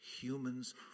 humans